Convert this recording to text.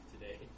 today